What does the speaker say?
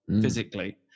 physically